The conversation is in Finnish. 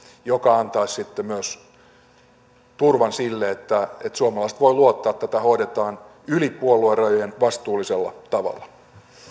joka myös antaisi sitten turvan sille että suomalaiset voivat luottaa että tätä hoidetaan yli puoluerajojen vastuullisella tavalla